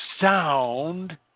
sound